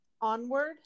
onward